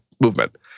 movement